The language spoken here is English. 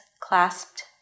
clasped